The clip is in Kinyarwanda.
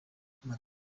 madiba